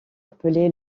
appelé